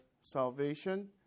salvation